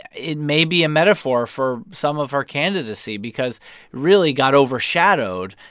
it may be a metaphor for some of her candidacy because really got overshadowed.